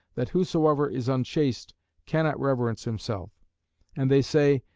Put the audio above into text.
that whosoever is unchaste cannot reverence himself and they say,